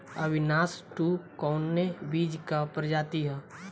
Avinash two कवने बीज क प्रजाति ह?